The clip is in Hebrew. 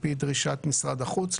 על-פי דרישת משרד החוץ,